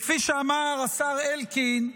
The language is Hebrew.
וכפי שאמר השר אלקין,